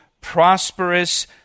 prosperous